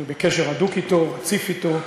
אני בקשר הדוק אתו, רציף אתו,